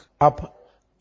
up